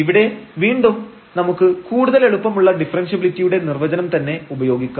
ഇവിടെ വീണ്ടും നമുക്ക് കൂടുതൽ എളുപ്പമുള്ള ഡിഫറെൻഷ്യബിലിറ്റിയുടെ നിർവചനം തന്നെ ഉപയോഗിക്കാം